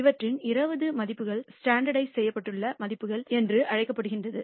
இவற்றின் 20 மதிப்புகள் தரநிலைப்படுத்தல் மதிப்புகள் என்று அழைக்கப்படுகின்றன